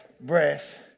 Breath